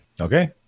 Okay